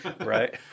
Right